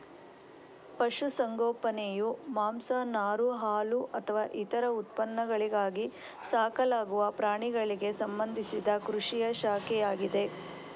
ಪಶು ಸಂಗೋಪನೆಯು ಮಾಂಸ, ನಾರು, ಹಾಲುಅಥವಾ ಇತರ ಉತ್ಪನ್ನಗಳಿಗಾಗಿ ಸಾಕಲಾಗುವ ಪ್ರಾಣಿಗಳಿಗೆ ಸಂಬಂಧಿಸಿದ ಕೃಷಿಯ ಶಾಖೆಯಾಗಿದೆ